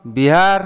Bihar